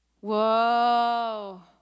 Whoa